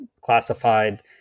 classified